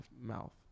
mouth